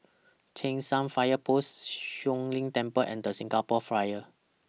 Cheng San Fire Post Siong Lim Temple and The Singapore Flyer